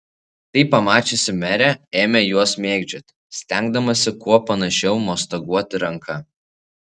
tai pamačiusi merė ėmė juos mėgdžioti stengdamasi kuo panašiau mostaguoti ranka